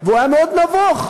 והוא היה מאוד נבוך.